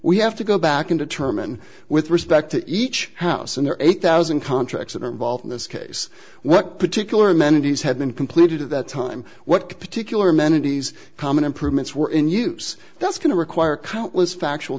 we have to go back and determine with respect to each house in the eight thousand contracts that are involved in this case what particular amenities had been completed at that time what particular amenities common improvements were in use that's going to require countless factual